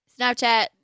Snapchat